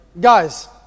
guys